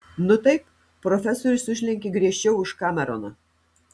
nu taip profesorius užlenkė griežčiau už kameroną